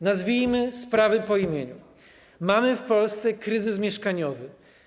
Nazwijmy sprawy po imieniu: Mamy w Polsce kryzys mieszkaniowy.